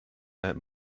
that